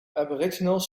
aboriginals